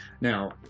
Now